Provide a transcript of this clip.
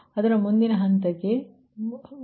ಅಂದರೆ ಮುಂದಿನ ಹಂತಕ್ಕೆ ಹೋಗಬೇಕು